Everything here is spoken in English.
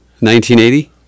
1980